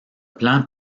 plan